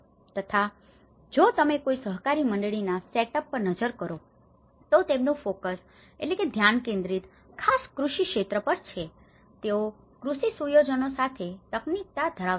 તથા જો તમે કોઈ સહકારી મંડળીના સેટઅપ setups સ્થાપના પર નજર કરો તો તેમનું ફોકસ focus ધ્યાન કેન્દ્રિત ખાસ કૃષિક્ષેત્ર પર છે તેઓ કૃષિ સુયોજનો સાથે તકનીકીતા ધરાવતા હતા